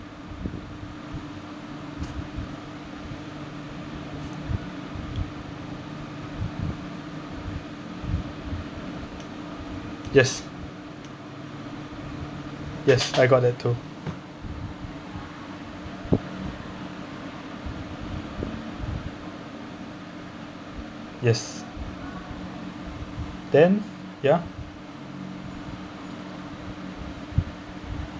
yes yes I got that too yes then ya